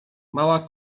mała